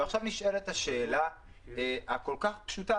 נשאלת השאלה הכול כך פשוטה